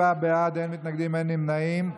27 בעד, אין מתנגדים, אין נמנעים.